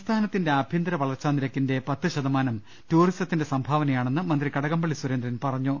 സംസ്ഥാനത്തിന്റെ ആഭ്യന്തര വളർച്ചാ നിരക്കിന്റെ പത്ത് ശതമാനം ടൂറിസത്തിന്റെ സംഭാവനയാണെന്ന് മന്ത്രി കടകം പള്ളി സുരേന്ദ്രൻ പറഞ്ഞു